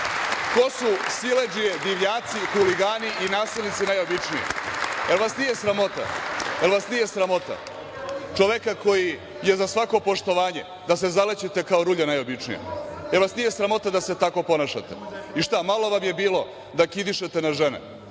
ko su siledžije, divljaci, huligani i nasilnici najobičniji. Jel vas nije sramota? Jel vas nije sramota? Čoveka koji je za svako poštovanje, da se zalećete kao rulja najobičnija. Jel vas nije sramota da se tako ponašate? I šta, malo vam je bilo da kidišete na žene,